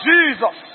Jesus